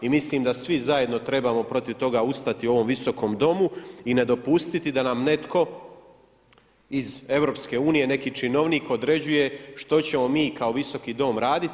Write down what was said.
I mislim da svi zajedno trebamo protiv toga ustati u ovom Visokom domu i ne dopustiti da nam netko iz EU, neki činovnik određuje što ćemo mi kao Visoki dom raditi.